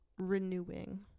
Renewing